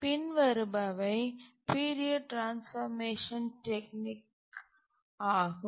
பின்வருபவை period transformation technique ஆகும்